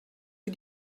für